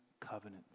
covenant